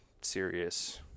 serious –